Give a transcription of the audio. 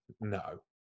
no